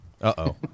uh-oh